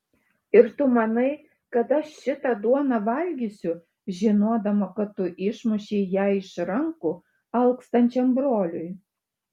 ir tu manai kad aš šitą duoną valgysiu žinodama kad tu išmušei ją iš rankų alkstančiam broliui